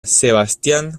sebastián